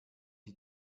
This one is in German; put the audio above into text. die